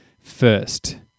first